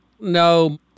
No